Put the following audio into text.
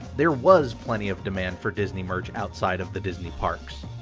there was plenty of demand for disney merch outside of the disney parks.